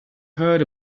heard